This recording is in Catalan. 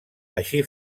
així